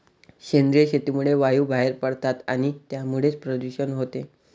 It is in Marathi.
सेंद्रिय शेतीमुळे वायू बाहेर पडतात आणि त्यामुळेच प्रदूषण होते